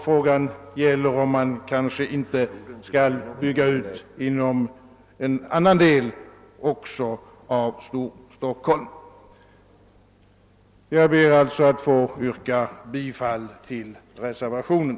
Frågan gäller om man inte skall bygga ut också inom en annan del av Storstockholm. Jag ber att få yrka bifall till reservationen.